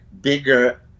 bigger